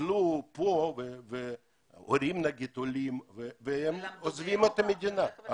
שגדלו כאן והם עוזבים את המדינה.